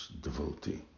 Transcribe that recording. devotee